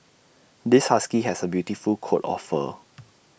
this husky has A beautiful coat of fur